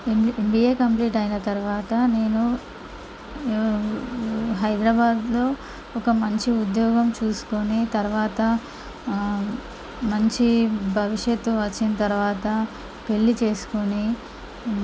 MBA complete అయిన తరువాత నేను హైద్రాబాదులో ఒక మంచి ఉద్యోగం చూసుకొని తరువాత మంచి భవిష్యత్తు వచ్చిన తరువాత పెళ్లి చేసుకొని